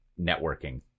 networking